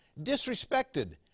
disrespected